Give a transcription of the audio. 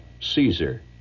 Caesar